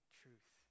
truth